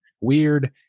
weird